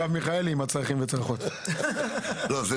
אתה מזכיר את מרב מיכאלי עם "צרכים וצרכות".